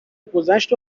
گذشت